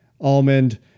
almond